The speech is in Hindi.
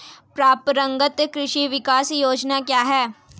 परंपरागत कृषि विकास योजना क्या है?